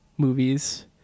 movies